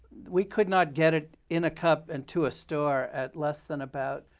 we could not get it in a cup and to a store at less than about